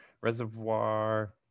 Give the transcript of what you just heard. reservoir